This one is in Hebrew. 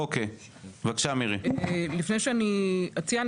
לפני שאני אציע,